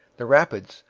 the rapids,